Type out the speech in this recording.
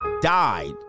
died